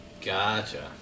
Gotcha